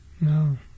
No